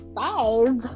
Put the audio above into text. five